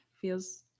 feels